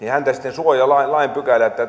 suojaa lain lain pykälä ja että